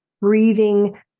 breathing